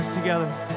together